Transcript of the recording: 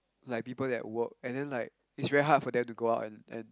like people who work and then is like very hard for them to go out and and